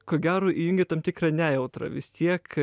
ko gero įjungė tam tikrą nejautrą vis tiek